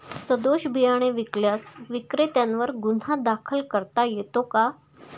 सदोष बियाणे विकल्यास विक्रेत्यांवर गुन्हा दाखल करता येतो का?